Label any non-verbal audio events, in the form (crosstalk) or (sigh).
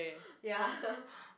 ya (laughs)